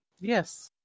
yes